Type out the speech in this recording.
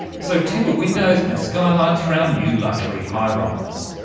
so timber windows and skylights for our new luxury high-rise.